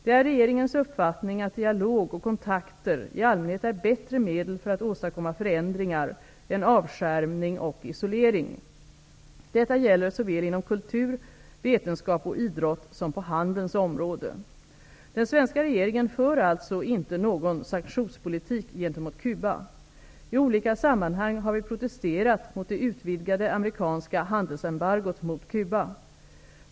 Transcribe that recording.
Det är regeringens uppfattning att dialog och kontakter i allmänhet är bättre medel för att åstadkomma förändringar, än avskärmning och isolering. Detta gäller såväl inom kultur, vetenskap och idrott som på handelns område. Den svenska regeringen för alltså inte någon sanktionspolitik gentemot Cuba. I olika sammanhang har vi protesterat mot det utvidgade amerikanska handelsembargot mot Cuba.